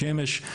שמש,